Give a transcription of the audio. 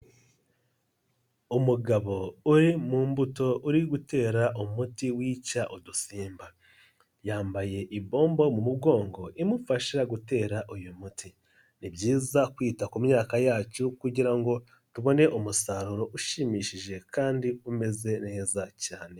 Umugabo uri mu mbuto uri gutera umuti wica udusimba, yambaye ibombo mu mugongo imufasha gutera uyu muti, ni byiza kwita ku myaka yacu kugira ngo tubone umusaruro ushimishije kandi umeze neza cyane.